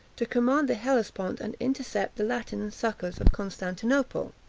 to command the hellespont and intercept the latin succors of constantinople.